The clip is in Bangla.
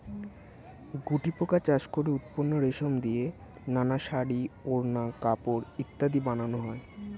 গুটিপোকা চাষ করে উৎপন্ন রেশম দিয়ে নানা শাড়ী, ওড়না, কাপড় ইত্যাদি বানানো হয়